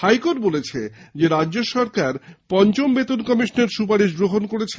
high court বলেছে রাজ্যসরকার পঞ্চম বেতন কমিশনের সুপারিশ গ্রহণ করেছে